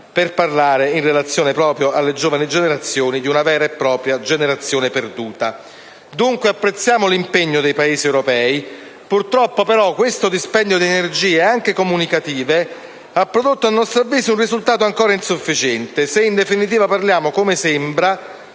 per parlare, in relazione alle giovani generazioni, di una vera e propria generazione perduta. Dunque apprezziamo l'impegno dei Paesi europei: purtroppo, però, questo dispendio di energie, anche comunicative, a nostro avviso ha prodotto un risultato ancora insufficiente se in definitiva parliamo, come sembra,